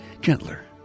gentler